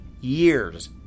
years